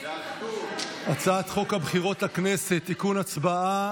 הצעת חוק הבחירות לכנסת (תיקון, הצבעה